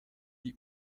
die